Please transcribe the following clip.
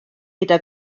gyda